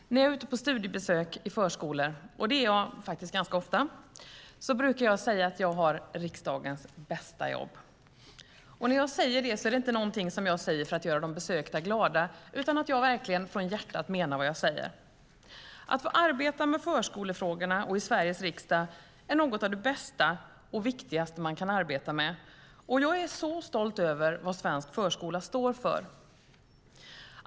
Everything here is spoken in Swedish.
Herr talman! När jag är ute på studiebesök i förskolor, och det är jag ganska ofta, brukar jag säga att jag har riksdagens bästa jobb. När jag säger det är det inte något jag säger för att göra de besökta glada utan för att jag verkligen från hjärtat menar vad jag säger. Att få arbeta med förskolefrågorna i Sveriges riksdag är något av det bästa och viktigaste man kan arbeta med, och jag är så stolt över vad svensk förskola står för.